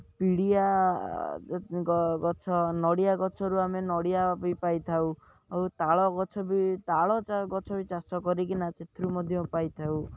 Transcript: ପିଡ଼ିଆ ଗଛ ନଡ଼ିଆ ଗଛରୁ ଆମେ ନଡ଼ିଆ ବି ପାଇଥାଉ ଆଉ ତାଳ ଗଛ ବି ତାଳ ଗଛ ବି ଚାଷ କରିକିନା ସେଥିରୁ ମଧ୍ୟ ପାଇଥାଉ